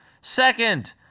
Second